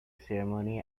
ceremony